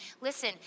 Listen